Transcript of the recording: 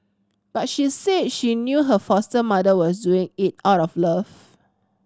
but she said she knew her foster mother was doing it out of love